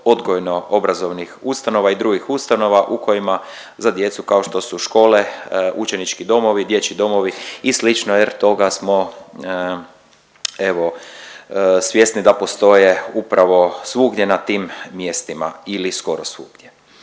odgojno obrazovnih ustanova i drugih ustanova u kojima za djecu kao što su škole, učenički domovi, dječji domovi i slično jer toga smo evo svjesni da postoje upravo svugdje na tim mjestima ili skoro svugdje.